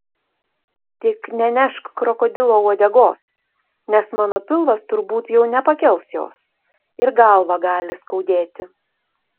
tik nenešk krokodilo uodegos nes mano pilvas turbūt jau nepakels jos ir galvą gali skaudėti